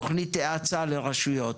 תוכנית האצה לרשויות,